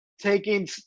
taking